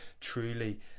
truly